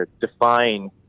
define